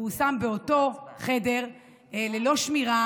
הוא הושם עם חייל משוחרר באותו חדר ללא שמירה